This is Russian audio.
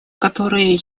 которые